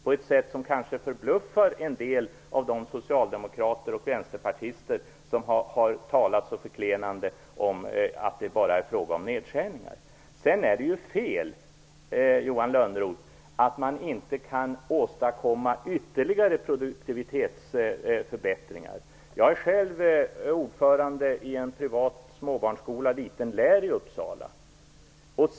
Det kanske förbluffar en del socialdemokrater och vänsterpartister som har talat så förklenande och hävdat att det bara är fråga om nedskärningar. Det är fel, Johan Lönnroth, att det inte går att åstadkomma ytterligare produktivitetsförbättringar. Jag är själv ordförande i en privat småbarnsskola, Liten lär, i Uppsala.